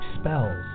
spells